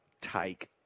take